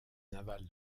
naval